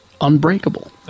Unbreakable